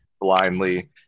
blindly